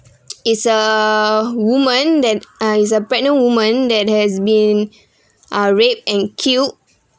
is a woman then uh it's a pregnant woman that has been uh raped and killed